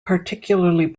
particularly